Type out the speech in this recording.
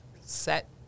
set